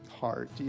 heart